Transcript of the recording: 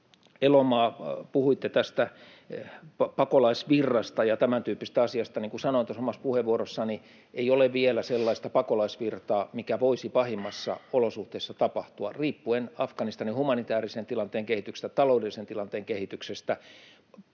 Elomaa, puhuitte pakolaisvirrasta ja tämäntyyppisistä asioista. Niin kuin sanoin omassa puheenvuorossani, ei ole vielä sellaista pakolaisvirtaa, mikä voisi pahimmissa olosuhteissa tapahtua riippuen Afganistanin humanitäärisen tilanteen kehityksestä, ta-loudellisen tilanteen kehityksestä.